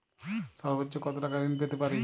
সর্বোচ্চ কত টাকা ঋণ পেতে পারি?